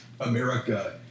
America